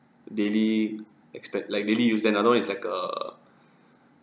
daily expen~ like daily use then another one is like a